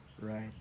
Right